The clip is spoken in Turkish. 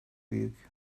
büyük